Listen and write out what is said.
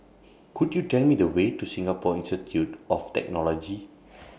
Could YOU Tell Me The Way to Singapore Institute of Technology